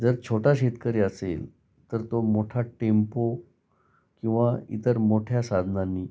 जर छोटा शेतकरी असेल तर तो मोठा टेम्पो किंवा इतर मोठ्या साधनांनी